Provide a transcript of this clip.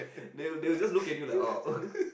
they will they will just look at you like orh